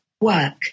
Work